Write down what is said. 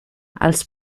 els